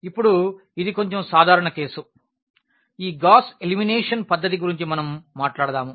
ఇప్పుడు ఇది కొంచెం సాధారణ కేసు ఈ గాస్ ఎలిమినేషన్ పద్ధతి గురించి మనం మాట్లాడదాము